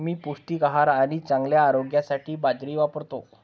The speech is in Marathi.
मी पौष्टिक आहार आणि चांगल्या आरोग्यासाठी बाजरी वापरतो